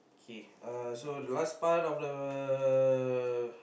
K so uh the last part of the